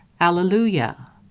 Alleluia